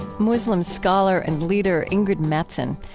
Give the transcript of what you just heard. muslim scholar and leader ingrid mattson.